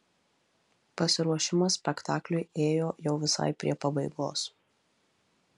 pasiruošimas spektakliui ėjo jau visai prie pabaigos